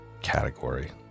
category